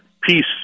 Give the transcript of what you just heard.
peace